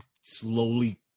slowly